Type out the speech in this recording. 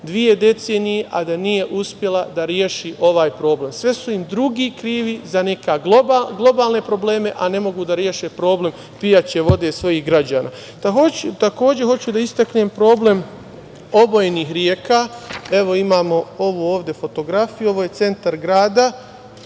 dve decenije, a da nije uspela da reši ovaj problem. Sve su im drugi krivi za neke globalne probleme, a ne mogu da reše problem pijaće vode svojih građana. Takođe, hoću da istaknem problem obojenih reka. Evo, imamo ovu ovde fotografiju. Ovo je centar grad